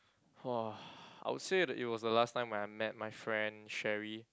!wah! I would say that it was the last time where I met my friend Sherry